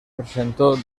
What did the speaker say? presentó